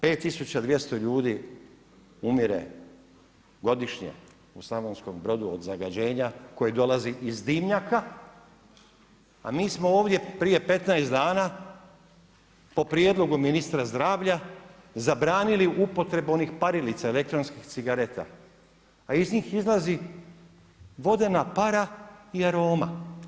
5200 ljudi umire godišnje u Slavonskom Brodu od zagađenja, koje dolazi iz dimnjaka, a mi smo ovdje prije 15 dana po prijedlogu ministra zdravlja, zabranili upotrebu onih parilica, elektronskih cigareta, a iz njih izlazi vodena para i aroma.